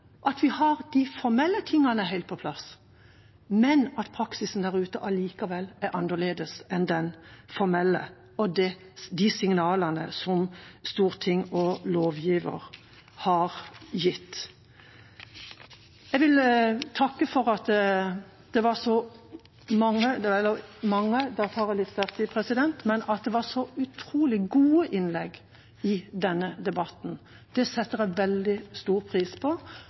at vi har de formelle tingene helt på plass, men at praksisen der ute allikevel er annerledes enn det formelle og de signalene som Stortinget – lovgiver – har gitt. Jeg vil takke for at det var så mange – eller mange, da tar jeg litt sterkt i – og så utrolig gode innlegg i denne debatten. Det setter jeg veldig stor pris på,